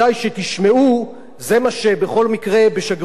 זה מה שבכל מקרה בשגרירות ישראל בלונדון אומרים,